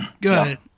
Good